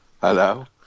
Hello